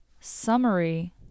Summary